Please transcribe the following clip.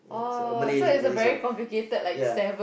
yeah so Malay Malay story ya